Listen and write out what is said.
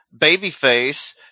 babyface